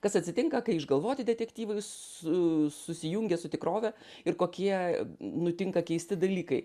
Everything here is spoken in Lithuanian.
kas atsitinka kai išgalvoti detektyvai su susijungia su tikrove ir kokie nutinka keisti dalykai